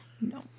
No